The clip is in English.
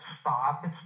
stop